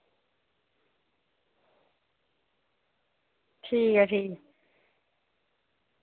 ठीक ऐ ठीक